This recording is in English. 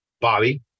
bobby